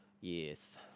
Yes